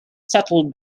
settled